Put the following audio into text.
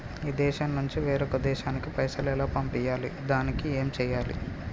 ఈ దేశం నుంచి వేరొక దేశానికి పైసలు ఎలా పంపియ్యాలి? దానికి ఏం చేయాలి?